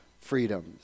freedoms